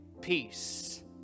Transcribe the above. Peace